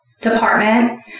department